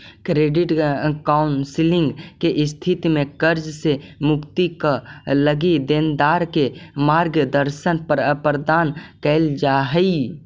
credit counselling के स्थिति में कर्ज से मुक्ति क लगी देनदार के मार्गदर्शन प्रदान कईल जा हई